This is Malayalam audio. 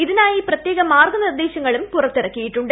ഇതിനായി പ്രത്യേക മാർഗ്ഗ നിർദ്ദേശങ്ങളും പുറത്തിറക്കിയിട്ടുണ്ട്